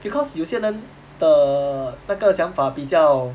because 有些人的那个想法比较